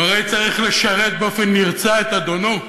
הוא הרי צריך לשרת באופן נרצע את אדונו.